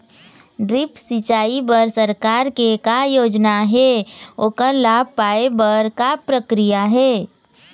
Drip सिचाई बर सरकार के का योजना हे ओकर लाभ पाय बर का प्रक्रिया हे?